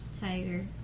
Tiger